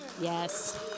yes